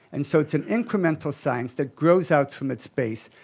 and so it's an incremental science that grows out from its base,